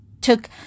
took –